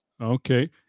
okay